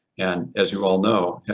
and as you all know,